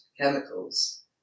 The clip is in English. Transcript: chemicals